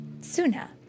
Suna